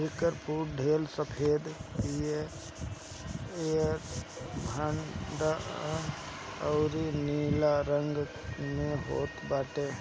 एकर फूल ढेर सफ़ेद, पियर, भंटा अउरी नीला रंग में होत बाटे